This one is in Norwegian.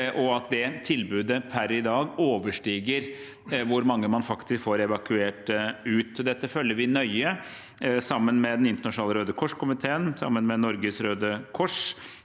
og at det tilbudet per i dag overstiger hvor mange man faktisk får evakuert ut. Dette følger vi nøye sammen med Den internasjonale Røde Kors-komiteen, sammen med Norges Røde Kors,